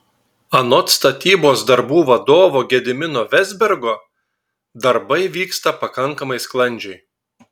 anot statybos darbų vadovo gedimino vezbergo darbai vyksta pakankamai sklandžiai